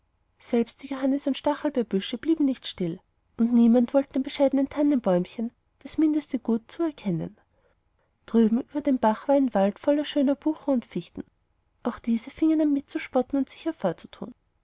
selbst die johannis und stachelbeerbüsche blieben nicht still und niemand wollte dem bescheidnen tannenbäumchen das mindeste gut zuerkennen drüben über dem bach war ein wald voll schöner buchen und eichen auch diese fingen an mitzuspotten und sich